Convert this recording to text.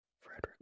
Frederick